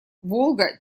волга